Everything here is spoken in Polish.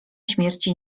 śmierci